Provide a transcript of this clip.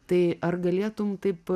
tai ar galėtum taip